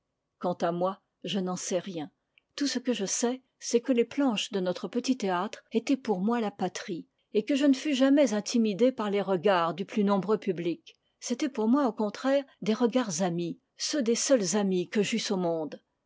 quant à moi je n'en sais rien tout ce que je sais c'est que les planches de notre petit théâtre étaient pour moi la patrie et que je ne fus jamais intimidé par les regards du plus nombreux public c'étaient pour moi au contraire des regards amis ceux des seuls amis que j'eusse au monde